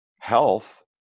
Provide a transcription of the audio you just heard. health